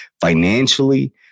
financially